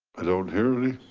i don't hear any.